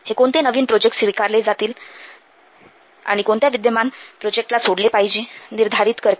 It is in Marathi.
हे कोणते नवीन प्रोजेक्ट्स स्वीकारले जावेत आणि कोणत्या विद्यमान प्रोजेक्टला सोडले पाहिजे निर्धारित करते